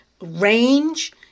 range